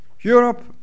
Europe